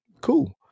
Cool